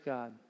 God